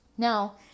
Now